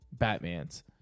batmans